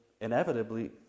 inevitably